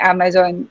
Amazon